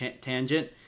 tangent